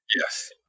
Yes